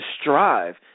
strive